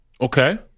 Okay